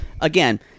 again